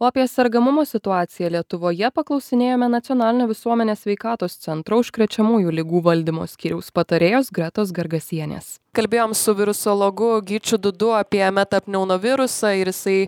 o apie sergamumo situaciją lietuvoje paklausinėjome nacionalinio visuomenės sveikatos centro užkrečiamųjų ligų valdymo skyriaus patarėjos gretos gargasienės kalbėjom su virusologu gyčiu dudu apie metapneumovirusą ir jisai